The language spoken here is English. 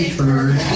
bird